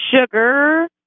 Sugar